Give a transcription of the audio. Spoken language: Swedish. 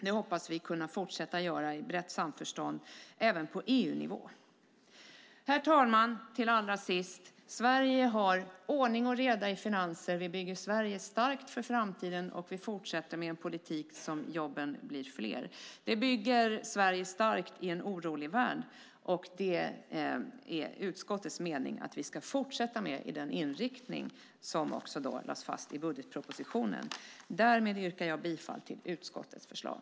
Vi hoppas kunna fortsätta göra detta i brett samförstånd även på EU-nivå. Herr talman! Sverige har ordning och reda i finanserna. I en orolig värld bygger vi Sverige starkt för framtiden och fortsätter med en politik som gör att jobben blir fler. Det är utskottets mening att vi ska fortsätta med denna inriktning som också lades fast i budgetpropositionen. Jag yrkar bifall till utskottets förslag.